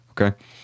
okay